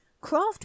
Craft